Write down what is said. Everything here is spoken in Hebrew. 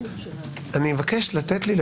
עכשיו אם כולם אומרים,